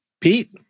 Pete